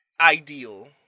ideal